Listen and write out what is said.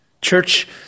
Church